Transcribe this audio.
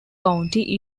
county